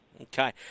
Okay